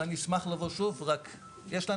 זה פני